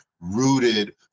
rooted